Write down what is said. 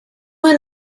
and